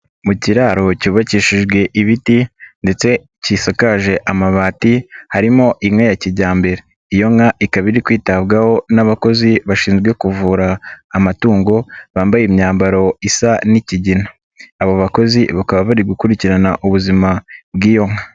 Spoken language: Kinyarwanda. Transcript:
Mu kiraro cyubakishijwe ibiti ndetse gisakaje amabati, harimo inka ya kijyambere, iyo nka ikaba iri kwitabwaho n'abakozi bashinzwe kuvura amatungo, bambaye imyambaro isa n'ikigina, abo bakozi bakaba bari gukurikirana ubuzima bw'iyo nka.